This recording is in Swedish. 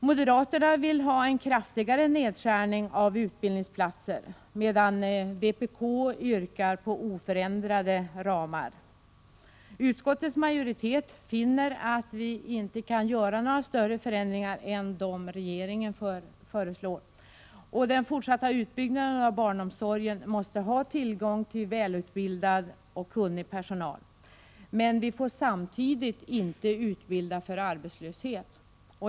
Moderaterna vill ha en kraftigare nedskärning av utbildningsplatser, medan vpk yrkar på oförändrade ramar. Utskottets majoritet finner att vi inte kan göra större förändringar än dem regeringen föreslår. Den fortsatta utbyggnaden av barnomsorgen måste ha tillgång till välutbildad och kunnig personal. Men vi får samtidigt inte utbilda för arbetslöshet.